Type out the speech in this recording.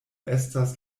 estas